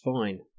fine